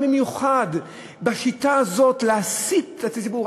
אבל במיוחד בשיטה הזאת של להסית את הציבור,